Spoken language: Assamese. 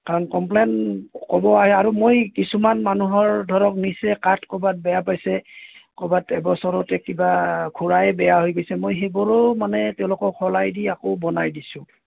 কাৰণ কমপ্লেইন ক'ব আহে আৰু মই কিছুমান মানুহৰ ধৰক নিছে কাঠ ক'ৰবাত বেয়া পাইছে ক'ৰবাত এবছৰতে কিবা ঘোৰাই বেয়া হৈ গৈছে মই হেইবোৰো মানে তেওঁলোকক সলাই দি আকৌ বনাই দিছোঁ